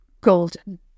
golden